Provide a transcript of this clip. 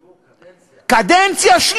יכתבו: קדנציה,